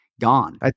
gone